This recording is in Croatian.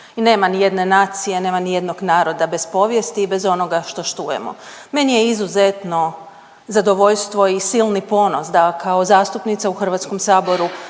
I nema ni jedne nacije, nema ni jednog naroda bez povijesti i bez onoga što štujemo. Meni je izuzetno zadovoljstvo i silni ponos da kao zastupnica u Hrvatskom saboru